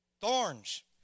Thorns